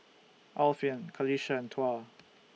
Alfian Qalisha and Tuah